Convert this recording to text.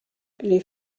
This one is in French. les